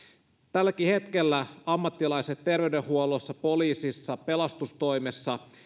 tälläkin hetkellä ammattilaiset terveydenhuollossa poliisissa pelastustoimessa